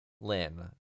Lynn